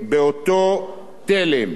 באותו תלם.